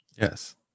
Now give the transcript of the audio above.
Yes